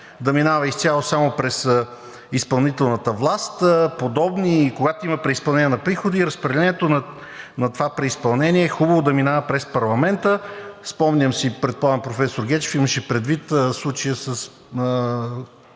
да минава изцяло само през изпълнителната власт – когато има преизпълнение на приходи, разпределението на това преизпълнение е хубаво да минава през парламента. Спомням си, предполагам, че професор Гечев имаше предвид случая с